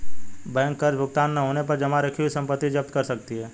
bank कर्ज भुगतान न होने पर जमा रखी हुई संपत्ति जप्त कर सकती है